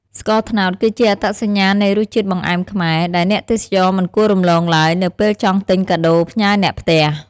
ស្ករត្នោតគឺជាអត្តសញ្ញាណនៃរសជាតិបង្អែមខ្មែរ ដែលអ្នកទេសចរមិនគួររំលងឡើយនៅពេលចង់ទិញកាដូផ្ញើអ្នកផ្ទះ។